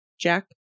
Jack